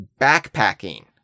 backpacking